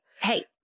Hey